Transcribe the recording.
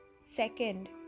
Second